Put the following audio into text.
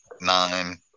nine